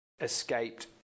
escaped